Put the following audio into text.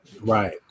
right